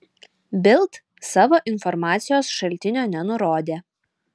bild savo informacijos šaltinio nenurodė